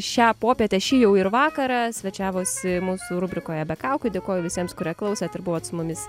šią popietę šį jau ir vakarą svečiavosi mūsų rubrikoje be kaukių dėkoju visiems kurie klausėt ir buvot su mumis